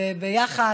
וביחד,